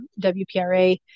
WPRA